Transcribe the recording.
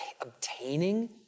obtaining